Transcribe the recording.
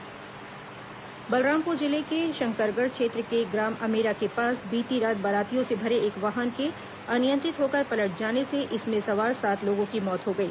दुर्घटना बलरामपुर जिले के शंकरगढ़ क्षेत्र के ग्राम अमेरा के पास बीती रात बारातियों से भरे एक वाहन के अनियंत्रित होकर पलट जाने से इसमें सवार सात लोगों की मौत हो गई